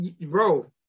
Bro